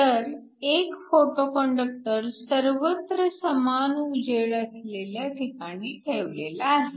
तर एक फोटोकंडक्टर सर्वत्र समान उजेड असलेल्या ठिकाणी ठेवलेला आहे